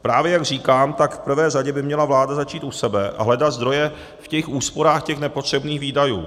Právě jak říkám, tak v prvé řadě by měla vláda začít u sebe a hledat zdroje v těch úsporách těch nepotřebných výdajů.